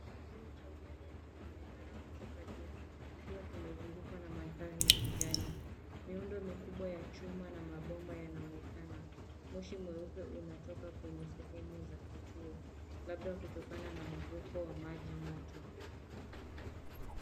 Kituo cha umeme kinaonekana kutoka juu kikiwa kimezungukwa na mandhari ya kijani. Miundo mikubwa ya chuma na mabomba yanaonekana. Moshi mweupe unatoka kwenye sehemu za kituo, laba kutokana na mvuko wa maji moto.